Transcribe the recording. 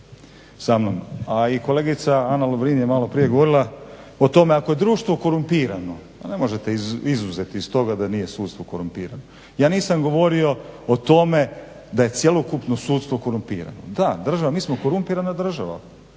a i kolegica Ana Lovrin je maloprije govorila o tome ako je društvo korumpirano ne možete izuzet iz toga da nije sudstvo korumpirano. Ja nisam govorio o tome da je cjelokupno sudstvo korumpirano. Da, mi smo korumpirana država,